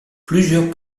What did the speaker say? plusieurs